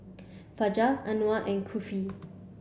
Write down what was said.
Fajar Anuar and Kifli